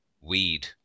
weed